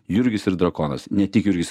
jurgis ir drakonas ne tik jurgis